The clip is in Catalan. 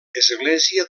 església